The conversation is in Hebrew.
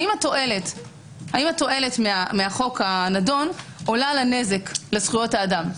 האם התועלת מהחוק הנדון עולה על הנזק לזכויות האדם?